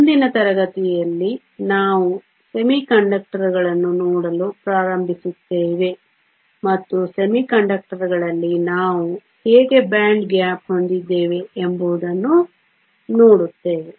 ಮುಂದಿನ ತರಗತಿಯಲ್ಲಿ ನಾವು ಅರೆವಾಹಕಗಳನ್ನು ನೋಡಲು ಪ್ರಾರಂಭಿಸುತ್ತೇವೆ ಮತ್ತು ಅರೆವಾಹಕಗಳಲ್ಲಿ ನಾವು ಹೇಗೆ ಬ್ಯಾಂಡ್ ಗ್ಯಾಪ್ ಹೊಂದಿದ್ದೇವೆ ಎಂಬುದನ್ನು ನೋಡುತ್ತೇವೆ